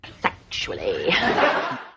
Sexually